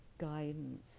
guidance